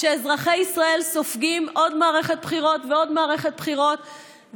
כשאזרחי ישראל סופגים עוד מערכת בחירות ועוד מערכת בחירות,